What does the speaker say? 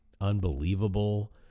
unbelievable